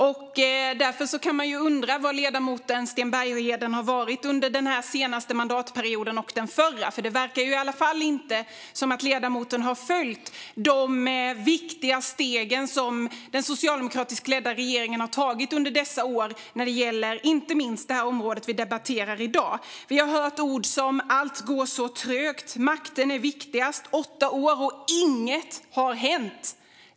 Man kan undra var ledamoten Sten Bergheden har varit under den senaste mandatperioden och den förra. Det verkar i alla fall inte som att ledamoten har följt de viktiga steg som den socialdemokratiskt ledda regeringen har tagit under dessa år, inte minst när det gäller det område vi debatterar i dag. Vi har hört att allt går så trögt, att makten är viktigast och att åtta år har gått och inget hänt.